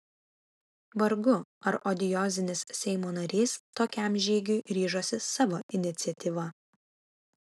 vargu ar odiozinis seimo narys tokiam žygiui ryžosi savo iniciatyva